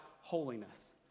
holiness